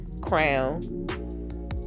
crown